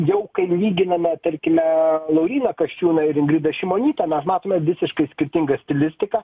jau kai lyginame tarkime lauryną kasčiūną ir ingridą šimonytę mes matome visiškai skirtingą stilistiką